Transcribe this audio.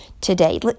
today